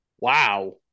Wow